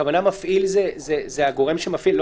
הכוונה למפעיל, הגורם שמפעיל.